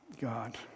God